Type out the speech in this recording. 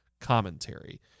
commentary